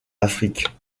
afrique